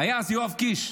היה אז יואב קיש,